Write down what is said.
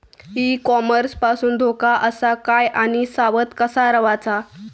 E commerce पासून धोको आसा काय आणि सावध कसा रवाचा?